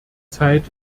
zeit